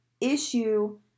issue